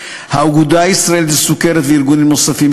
האגודה הישראלית לסוכרת וארגונים נוספים,